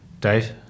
Dave